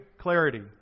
clarity